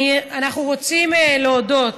אנחנו רוצים להודות,